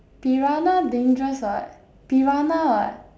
piranha dangerous [what] piranha [what]